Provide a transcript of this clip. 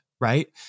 right